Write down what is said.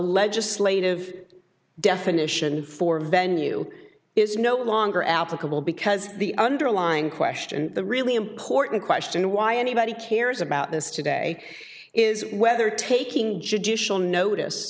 legislative definition for venue is no longer applicable because the underlying question the really important question why anybody cares about this today is whether taking judicial notice